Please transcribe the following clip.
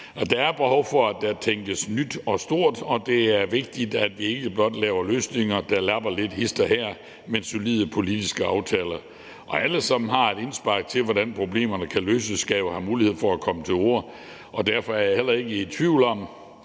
Der er behov for, at der tænkes nyt og stort, og det er vigtigt, at vi ikke blot laver løsninger, der lapper lidt hist og her, men at det er solide politiske aftaler, og alle, som har et indspark til, hvordan problemerne kan løses, skal jo have en mulighed for at komme til orde, og derfor er jeg heller ikke i tvivl om,